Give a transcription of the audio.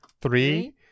Three